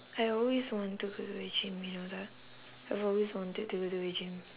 I always want to go to the gym you know that I've always wanted to go to the gym